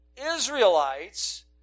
Israelites